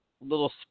little